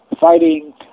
fighting